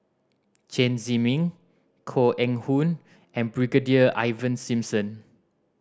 Chen Zhiming Koh Eng Hoon and Brigadier Ivan Simson